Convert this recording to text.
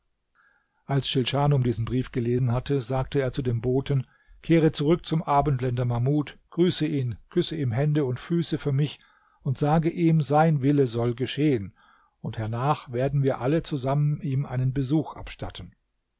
als schilschanum diesen brief gelesen hatte sagte er zu dem boten kehre zurück zum abendländer mahmud grüße ihn küsse ihm hände und füße für mich und sage ihm sein wille soll geschehen und hernach werden wir alle zusammen ihm einen besuch abstatten